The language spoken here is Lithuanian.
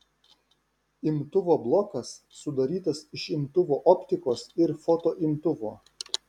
imtuvo blokas sudarytas iš imtuvo optikos ir fotoimtuvo